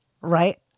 Right